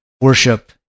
worship